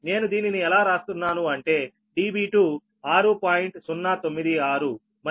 నేను దీనిని ఎలా రాస్తున్నాను అంటే Db2 6